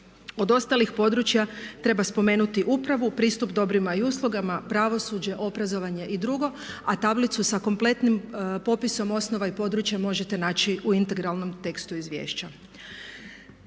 Od ostalih područja treba spomenuti upravu, pristup dobrima i uslugama, pravosuđe, obrazovanje i drugo. A tablicu sa kompletnim popisom osnova i područja možete naši u integralnom tekstu izvješća.